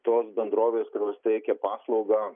tos bendrovės kurios teikia paslaugą